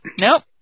nope